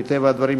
מטבע הדברים,